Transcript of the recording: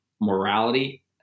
morality